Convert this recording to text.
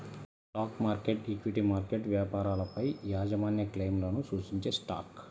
stock market, equity market వ్యాపారాలపైయాజమాన్యక్లెయిమ్లను సూచించేస్టాక్